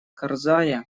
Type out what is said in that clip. карзая